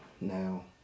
now